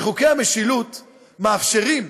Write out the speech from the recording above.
וחוקי המשילות מאפשרים,